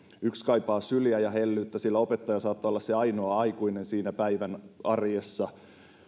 yksi kaipaa syliä ja hellyyttä sillä opettaja saattaa olla se ainoa aikuinen päivän arjessa